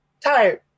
tired